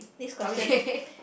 next question